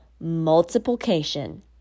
Multiplication